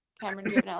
cameron